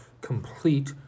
complete